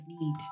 need